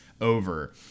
over